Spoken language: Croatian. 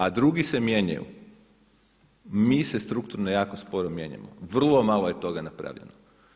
A drugi se mijenjaju, mi se strukturno jako sporo mijenjamo, vrlo malo je toga napravljeno.